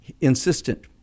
insistent